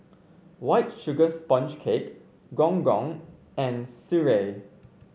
White Sugar Sponge Cake Gong Gong and sireh